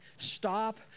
Stop